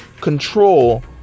control